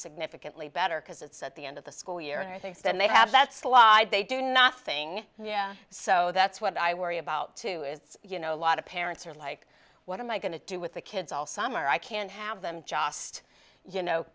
significantly better because it's at the end of the school year and i think stand they have that slide they do nothing yeah so that's what i worry about too is you know a lot of parents are like what am i going to do with the kids all summer i can have them jost you know